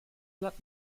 blatt